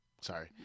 Sorry